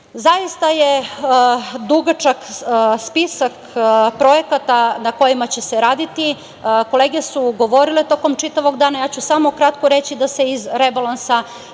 je dugačak spisak projekata na kojima će se raditi. Kolege su govorile tokom čitavog dana, ja ću samo kratko reći da se iz rebalansa izdvajaju